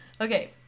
Okay